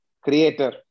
creator